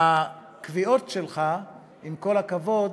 הקריאות שלך, עם כל הכבוד,